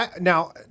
now